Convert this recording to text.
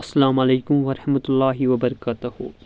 السلامُ علیکم ورحمتہُ اللہِ وبرکاتہُ